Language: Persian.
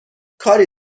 کاری